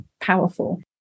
powerful